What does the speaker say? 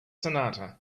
sonata